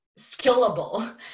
skillable